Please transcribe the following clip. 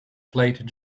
plaid